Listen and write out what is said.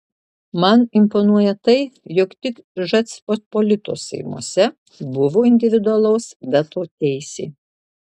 man imponuoja tai jog tik žečpospolitos seimuose buvo individualaus veto teisė